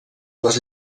les